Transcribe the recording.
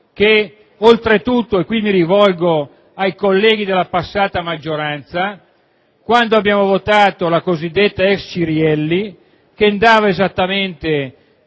D'altra parte - e qui mi rivolgo ai colleghi della passata maggioranza - quando abbiamo votato la cosiddetta ex Cirielli, che andava esattamente